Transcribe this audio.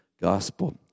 gospel